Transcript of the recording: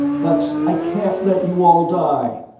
but i can't let you all die.